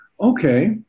okay